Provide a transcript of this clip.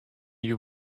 you